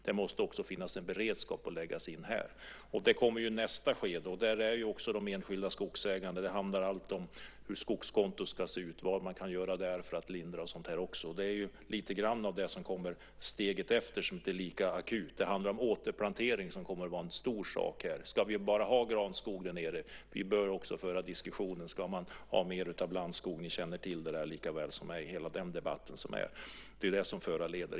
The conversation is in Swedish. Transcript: Det måste också finnas en beredskap för det. Det kommer i nästa skede. Det handlar också om de enskilda skogsägarna. Det handlar bland annat om hur skogskontot ska se ut och vad man kan göra i fråga om det för att lindra. Detta är lite grann av det som kommer steget efter och som inte är lika akut. Det handlar om återplantering som kommer att vara en stor fråga. Ska man ha bara granskog där nere? Vi bör också föra en diskussion om huruvida man ska ha mer av blandskog. Ni känner till hela den debatten lika väl som jag.